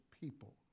people